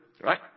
right